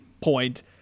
point